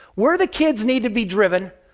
where the kids need to be driven,